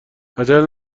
عجله